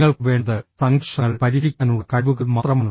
നിങ്ങൾക്ക് വേണ്ടത് സംഘർഷങ്ങൾ പരിഹരിക്കാനുള്ള കഴിവുകൾ മാത്രമാണ്